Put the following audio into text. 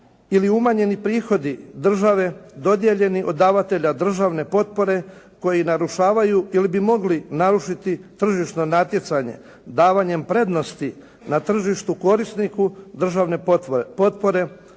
ili umanjeni prihodi države dodijeljeni od davatelja državne potpore koji narušavaju ili bi mogli narušiti tržišno natjecanje davanjem prednosti na tržištu korisniku državne potpore